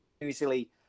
usually